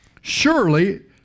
Surely